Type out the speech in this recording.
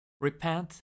Repent